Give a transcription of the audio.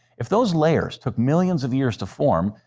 if those layers took millions of years to form,